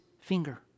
finger